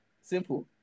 simple